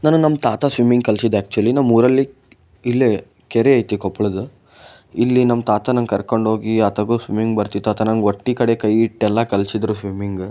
ನನಗೆ ನಮ್ಮ ತಾತ ಸ್ವಿಮ್ಮಿಂಗ್ ಕಲಿಸಿದ್ದು ಆ್ಯಕ್ಚುಲಿ ನಮ್ಮ ಊರಲ್ಲಿ ಇಲ್ಲೇ ಕೆರೆ ಐತಿ ಕೊಪ್ಪಳದ್ದು ಇಲ್ಲಿ ನಮ್ಮ ತಾತ ನನ್ನ ಕರ್ಕೊಂಡೋಗಿ ಆ ತಬು ಸ್ವಿಮ್ಮಿಂಗ್ ಬರ್ತಿ ತಾತ ನನಗೆ ಹೊಟ್ಟೆ ಕಡೆ ಕೈಯ್ಯಿಟ್ಟೆಲ್ಲ ಕಲಿಸಿದ್ರು ಸ್ವಿಮ್ಮಿಂಗ್